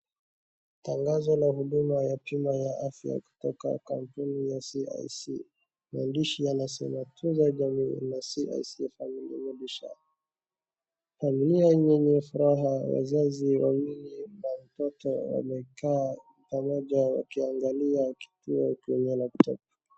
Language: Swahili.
Tangazo la huduma ya bima la afya kutoka kampuni ya CIC.Mandishi yanasema tunza jamii na CIC Family Medisure. Familia iliyo na furaha wazazi wawili na mtoto wamekaa pamoja wakiangalia kituo kwenye laputopu.